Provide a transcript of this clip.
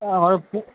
আরও পু